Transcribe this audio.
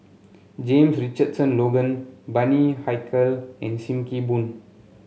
James Richardson Logan Bani Haykal and Sim Kee Boon